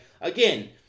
Again